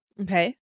Okay